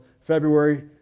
February